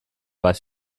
bat